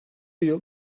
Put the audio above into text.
yıl